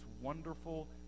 wonderful